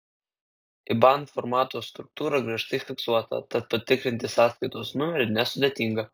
iban formato struktūra griežtai fiksuota tad patikrinti sąskaitos numerį nesudėtinga